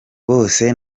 bose